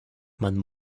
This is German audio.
man